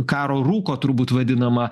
karo rūku turbūt vadinama